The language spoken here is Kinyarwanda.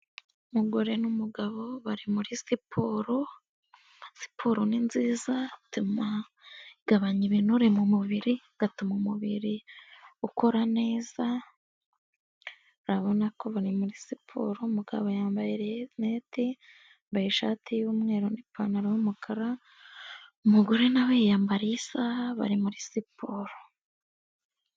Umugore n'umugabo bari muri siporo, siporo ni nziza, zituma igabanya ibinure mu mubiri, igatuma umubiri ukora neza, urabona ko bari muri siporo, umugabo yambaye renete, yambaye ishati y'umweru n'ipantaro y'umukara, umugore nawe yiyambariye isaha bari muri siporo.